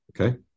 okay